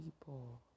people